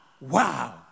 wow